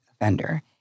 offender